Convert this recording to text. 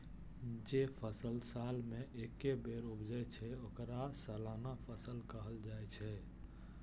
जे फसल साल मे एके बेर उपजै छै, ओकरा सालाना फसल कहल जाइ छै